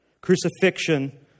Crucifixion